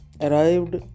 arrived